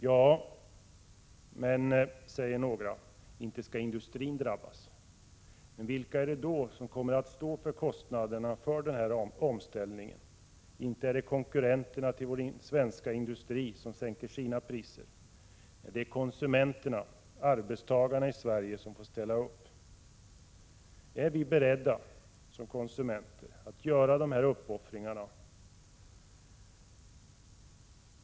Ja, men — säger några — inte skall industrin drabbas? Men vilka är det då som kommer att stå för kostnaderna för omställningen? Inte är det konkurrenterna till vår svenska industri som sänker sina priser. Nej, det är konsumenterna — arbetstagarna i Sverige — som får ställa upp. Är vi som konsumenter beredda att göra dessa uppoffringar?